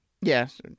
Yes